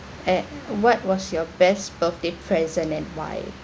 at what was your best birthday present and why